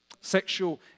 Sexual